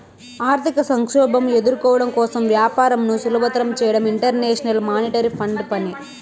ఆర్థిక సంక్షోభం ఎదుర్కోవడం కోసం వ్యాపారంను సులభతరం చేయడం ఇంటర్నేషనల్ మానిటరీ ఫండ్ పని